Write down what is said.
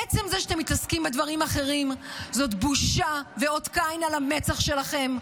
עצם זה שאתם מתעסקים בדברים אחרים זה בושה ואות קין על המצח שלכם.